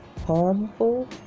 harmful